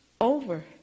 over